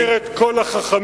אני מכיר את כל החכמים.